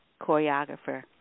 choreographer